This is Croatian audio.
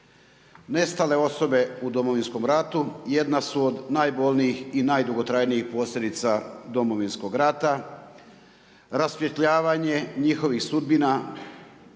nestale osobe u Domovinskom ratu jedna su od najbolnijih i najdugotrajnijih posljedica Domovinskog rata, rasvjetljavanje njihovih sudbina